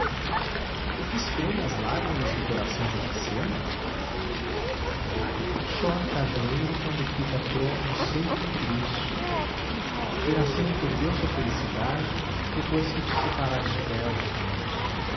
o que espreme as lágrimas do coração de iracema chora o cajueiro quando fica tronco seco e triste iracema perdeu sua felicidade depois que te separaste dela